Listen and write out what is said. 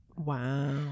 Wow